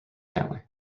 family